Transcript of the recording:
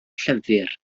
llyfr